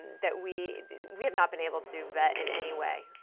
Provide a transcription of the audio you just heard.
that we we have not been able to that in any way,